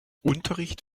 unterricht